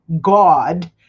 God